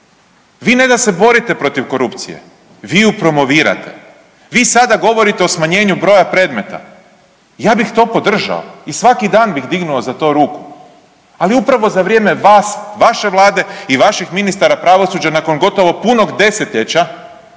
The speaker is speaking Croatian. Vi ne da se borite protiv korupcije, vi ju promovirate. Vi sada govorite o smanjenju broja predmeta, ja bih to podržao i svaki dan bih dignuo za to ruku ali upravo za vrijeme vas, vaše Vlade i vaših ministara pravosuđa nakon gotovo punog desetljeća,